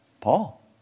Paul